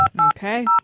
okay